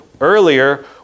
earlier